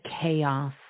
chaos